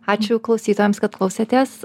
ačiū klausytojams kad klausėtės